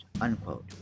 unquote